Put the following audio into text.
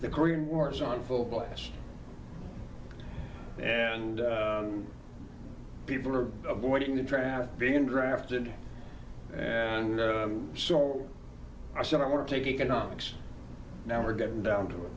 the korean war is on full blast and people are avoiding the draft being drafted and so i said i want to take economics now we're getting down to